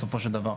בסופו של דבר.